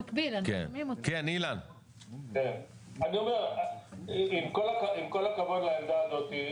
עם כל הכבוד לעמדה הזאת,